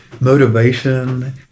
motivation